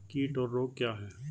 कीट और रोग क्या हैं?